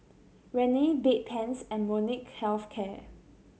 Rene Bedpans and Molnylcke Health Care